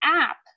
app